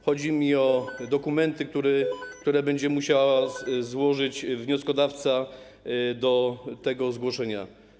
Chodzi mi o dokumenty, które będzie musiał złożyć wnioskodawca do tego zgłoszenia.